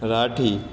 Rathi